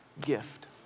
gift